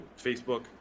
Facebook